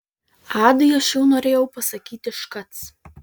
adai aš jau norėjau pasakyti škač